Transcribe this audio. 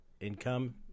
income